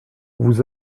vous